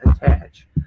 attach